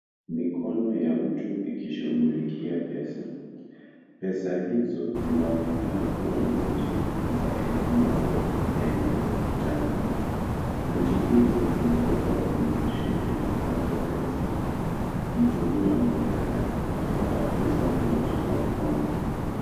Mikono ya mtu ikishughulikia pesa. Pesa hizo zinaonekana kuwa noti za elfu moja za Kenya za kitambo. Noti hizo zimewekwa kwenye mashine ya kupanga pesa. Mtu huyo anaonekana akipanga au kuhesabu noti kwa mkono.